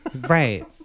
Right